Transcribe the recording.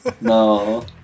No